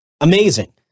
amazing